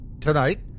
Tonight